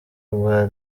rwa